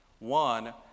One